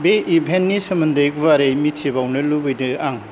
बे इभेन्टनि सोमोन्दै गुवारै मिथिबावनो लुगैदो आं